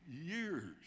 years